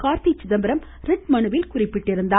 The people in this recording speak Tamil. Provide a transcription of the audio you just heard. கார்த்தி சிதம்பரம் ரிட் மனுவில் குறிப்பிட்டுள்ளார்